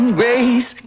grace